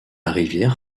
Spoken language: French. rivière